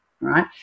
right